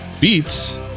Beats